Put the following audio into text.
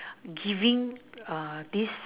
giving uh this